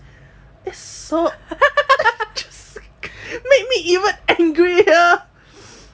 it's so made me even angrier